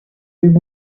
dim